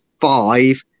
five